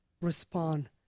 respond